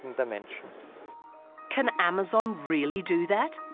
dementia can amazon really do that?